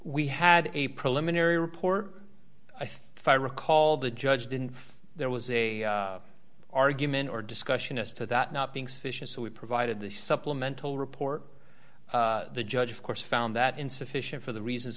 we had a preliminary report i thought i recall the judge didn't feel there was a argument or discussion as to that not being sufficient so we provided the supplemental report the judge of course found that insufficient for the reasons